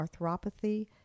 arthropathy